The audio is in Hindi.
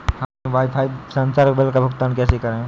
हम अपने वाईफाई संसर्ग बिल का भुगतान कैसे करें?